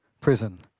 prison